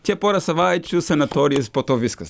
čia porą savaičių sanatorijos po to viskas